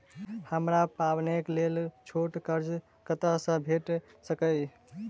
हमरा पाबैनक लेल छोट कर्ज कतऽ सँ भेटि सकैये?